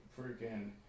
freaking